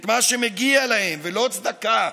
את מה שמגיע להם ולא צדקה.